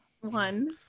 one